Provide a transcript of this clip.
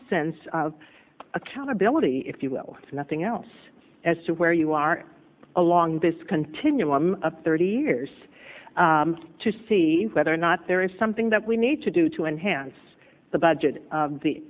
sense of accountability if you will if nothing else as to where you are along this continuum of thirty years to see whether or not there is something that we need to do to enhance the budget